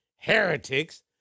heretics